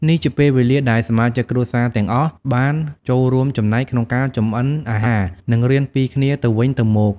នេះជាពេលវេលាដែលសមាជិកគ្រួសារទាំងអស់បានចូលរួមចំណែកក្នុងការចម្អិនអាហារ និងរៀនពីគ្នាទៅវិញទៅមក។